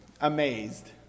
amazed